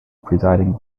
presiding